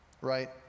right